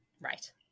Right